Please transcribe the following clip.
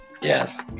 Yes